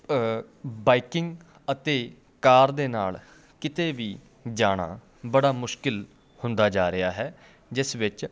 biking ਅਤੇ car ਦੇ ਨਾਲ ਕਿਤੇ ਵੀ ਜਾਣਾ ਬੜਾ ਮੁਸ਼ਕਲ ਹੁੰਦਾ ਜਾ ਰਿਹਾ ਹੈ ਜਿਸ ਵਿੱਚ